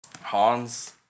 Hans